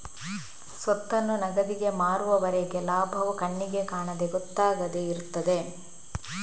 ಸ್ವತ್ತನ್ನು ನಗದಿಗೆ ಮಾರುವವರೆಗೆ ಲಾಭವು ಕಣ್ಣಿಗೆ ಕಾಣದೆ ಗೊತ್ತಾಗದೆ ಇರ್ತದೆ